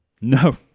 No